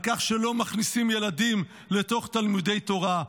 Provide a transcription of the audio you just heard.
כך שלא מכניסים ילדים לתוך תלמודי תורה.